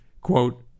quote